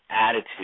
attitude